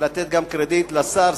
ולתת גם קרדיט לשר,